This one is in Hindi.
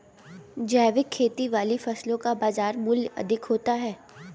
जैविक खेती वाली फसलों का बाजार मूल्य अधिक होता है